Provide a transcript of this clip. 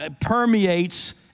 permeates